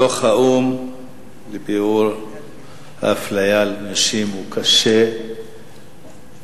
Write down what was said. דוח האו"ם לביעור האפליה נגד נשים הוא קשה מאוד,